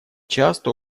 часто